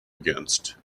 against